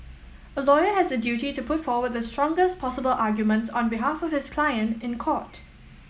a lawyer has the duty to put forward the strongest possible arguments on behalf of his client in court